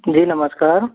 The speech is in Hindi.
जी नमस्कार